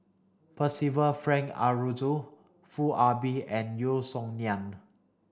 Percival Frank Aroozoo Foo Ah Bee and Yeo Song Nian